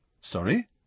Sorry